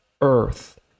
earth